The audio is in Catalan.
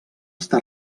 està